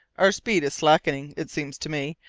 our speed is slackening, it seems to me,